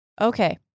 Okay